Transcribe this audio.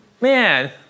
Man